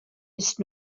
ist